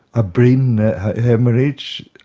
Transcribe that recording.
a brain haemorrhage?